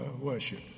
worship